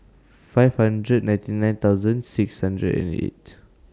five hundred ninety nine thousand six hundred and eight